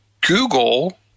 Google